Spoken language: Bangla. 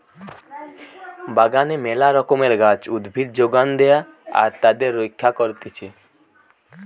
বাগানে মেলা রকমের গাছ, উদ্ভিদ যোগান দেয়া আর তাদের রক্ষা করতিছে